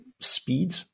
speed